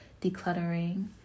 decluttering